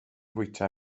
fwyta